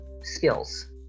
skills